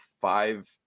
five